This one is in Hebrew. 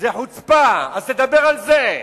זו חוצפה, תדבר על זה.